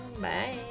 bye